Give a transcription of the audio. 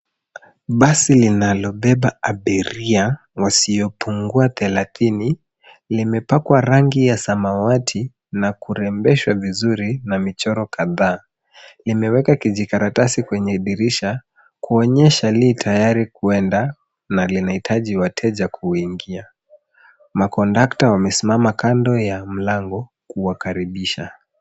Basi linalobeba abiria wasiopungua thelathini, limepakwa rangi ya samawati na kurembeshwa vizuri na michoro kadhaa. Imeweka kijikaratasi kwenye dirisha, kuonyesha li tayari kuenda, na linahitaji wateja kuingia. Makondakta wamesimama kando ya mlango, kuwakaribisha.